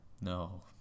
No